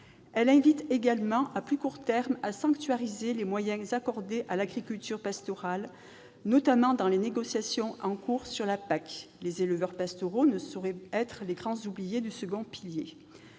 invite également, à plus court terme, à sanctuariser les moyens accordés à l'agriculture pastorale, notamment dans les négociations en cours sur la PAC. Les éleveurs pastoraux ne sauraient être les grands oubliés du second pilier